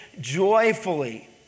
joyfully